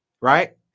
right